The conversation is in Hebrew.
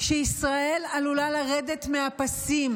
שישראל עלולה לרדת מהפסים.